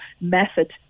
method-